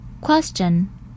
Question